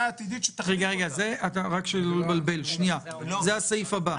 העתידית שתקום --- רק לא לבלבל זה הסעיף הבא.